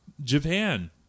Japan